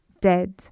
dead